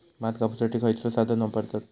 भात कापुसाठी खैयचो साधन वापरतत?